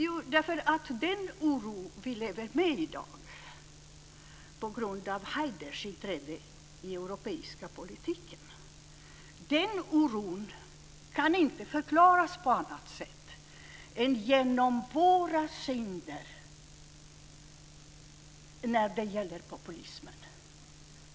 Jo, därför att den oro som vi lever med i dag på grund av Haiders inträde i den europeiska politiken kan inte förklaras på annat sätt än genom våra synder när det gäller populismen.